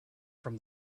from